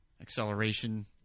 acceleration